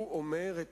הוא אומר את